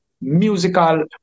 Musical